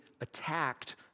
attacked